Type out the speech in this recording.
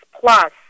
plus